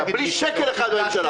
בלי שקל אחד מן הממשלה.